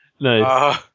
Nice